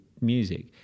music